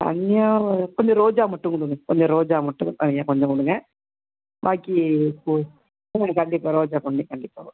தனியாவு கொஞ்ச ரோஜா மட்டும் கொடுங்க கொஞ்ச ரோஜாவை மட்டும் தனியாக கொஞ்ச கொடுங்க பாக்கி போ கண்டிப்பாக ரோஜா பூ கண்டிப்பாக வரு